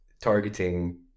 targeting